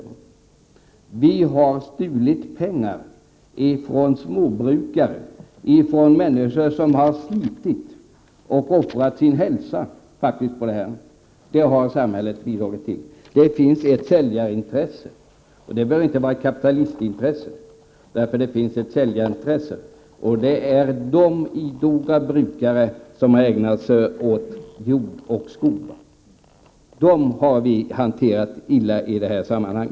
Samhället har stulit pengar från småbrukare, från människor som har slitit och offrat sin hälsa på detta arbete. Det finns ett säljarintresse, och det behöver inte vara ett kapitalistintresse. Det är de idoga brukare som har ägnat sig åt jord och skog. De har hanterats illa i detta sammanhang.